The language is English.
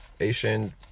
Asian